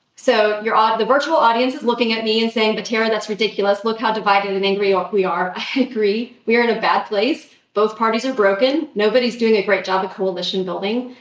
so you're if all the virtual audience is looking at me and saying, but, tara, that's ridiculous. look how divided and angry ah we are. i agree. we're in a bad place. both parties are broken. nobody's doing a great job at coalition building,